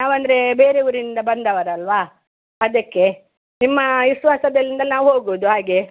ನಾವಂದ್ರೆ ಬೇರೆ ಊರಿಂದ ಬಂದವರಲ್ವ ಅದಕ್ಕೆ ನಿಮ್ಮಾ ವಿಶ್ವಾಸದಲ್ಲಿಂದ ನಾವು ಹೋಗೋದು ಹಾಗೆ